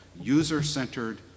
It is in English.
user-centered